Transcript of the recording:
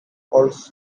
also